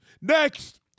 Next